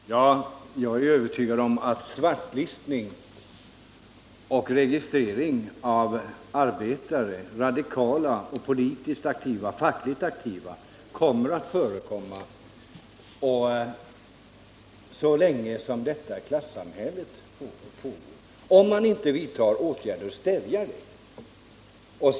Herr talman! Jag är övertygad om att svartlistning och registrering av politiskt och fackligt aktiva radikala arbetare kommer att förekomma så länge klassamhället består, såvida det inte vidtas åtgärder för att stävja detta.